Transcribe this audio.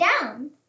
down